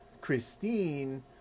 Christine